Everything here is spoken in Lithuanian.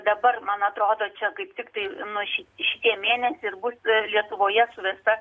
dabar man atrodo čia kaip tiktai nu ši šitie mėnesiai ir bus lietuvoje suvesta